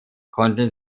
konnten